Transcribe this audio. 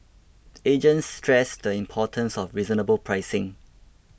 agents stress the importance of reasonable pricing